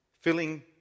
filling